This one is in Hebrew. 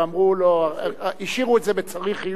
השאירו את זה ב"צריך עיון" עד היום,